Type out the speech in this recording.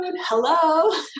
hello